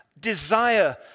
desire